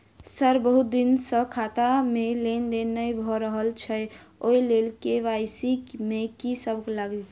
Sir बहुत दिन सऽ खाता मे लेनदेन नै भऽ रहल छैय ओई लेल के.वाई.सी मे की सब लागति ई?